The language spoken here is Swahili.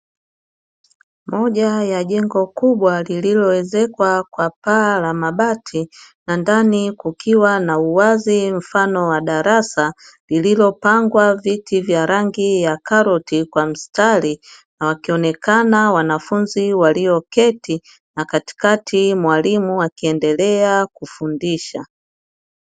Moja ya jengo kubwa lililoezekwa kwa paa la mabati na ndani kukiwa na uwazi mfano wa darasa lililopangwa viti vya rangi ya karoti kwa mstari, na wakionekana wanafunzi walioketi na katikati mwalimu akiendelea kufundisha.